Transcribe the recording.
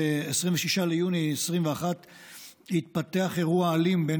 ב-26 ביוני 2021 התפתח אירוע אלים בין